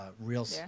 real